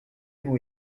vous